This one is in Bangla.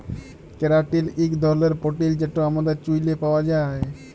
ক্যারাটিল ইক ধরলের পোটিল যেট আমাদের চুইলে পাউয়া যায়